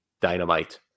dynamite